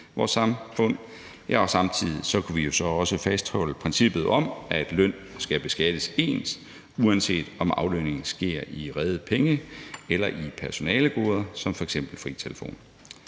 samtidig kunne vi fastholde princippet om, at løn skal beskattes ens, uanset om aflønningen sker i rede penge eller i personalegoder som f.eks. fri telefon.